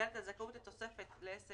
(ד) על זכאות לתוספת לעסק